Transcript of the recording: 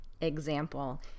example